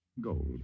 Gold